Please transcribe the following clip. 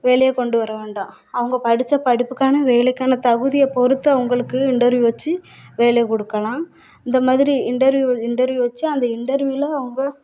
வேலையை கொண்டு வரவேண்டா அவங்க படித்த படிப்புக்கான வேலைக்கான தகுதியை பொறுத்து அவங்களுக்கு இன்டெர்வியூ வச்சு வேலைக்கொடுக்கலாம் இந்த மாதிரி இன்டெர்வியூ இன்டெர்வியூ வச்சு அந்த இன்டெர்வியூவில் அவங்க